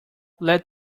let